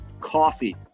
coffee